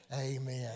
Amen